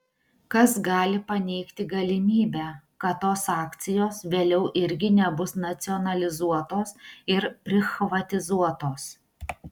kas gali paneigti galimybę kad tos akcijos vėliau irgi nebus nacionalizuotos ir prichvatizuotos